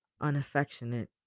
unaffectionate